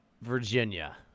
Virginia